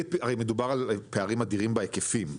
הרי מדובר על פערים אדירים בהיקפים.